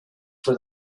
for